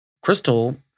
Crystal